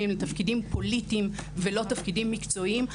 לתפקידים פוליטיים ולא תפקידים מקצועיים,